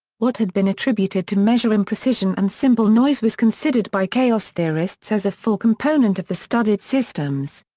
what had been attributed to measure imprecision and simple noise was considered by chaos theorists as a full component of the studied systems.